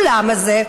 ולמה זה?